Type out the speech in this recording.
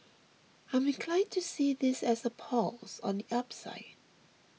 I'm inclined to see this as a pause on the upside